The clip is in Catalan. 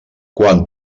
quan